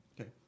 Okay